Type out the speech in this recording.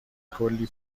کلی